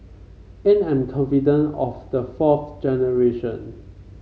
and I'm confident of the fourth generation